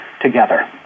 together